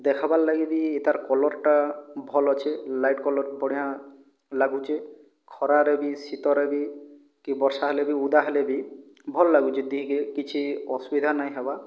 ଦେଖ୍ବାର୍ ଲାଗି ବି ତାର୍ କଲର୍ଟା ଭଲ ଅଛେ ଲାଇଟ୍ କଲର୍ ବଢ଼ିଆଁ ଲାଗୁଛେ ଖରାରେ ବି ଶୀତରେ ବି କି ବର୍ଷା ହେଲେ ବି ଓଦା ହେଲେ ବି ଭଲ ଲାଗୁଛେ ଦିହିକେ କିଛି ଅସୁବିଧା ନାଇଁ ହେବା